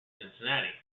cincinnati